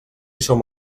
som